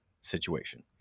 situation